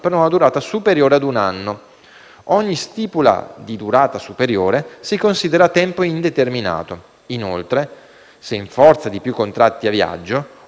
per una durata superiore ad un anno; ogni stipula di durata superiore, si considera a tempo indeterminato.». Inoltre: «Se, in forza di più contratti a viaggio,